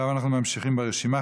עכשיו אנחנו ממשיכים ברשימה.